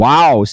Wow